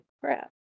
crap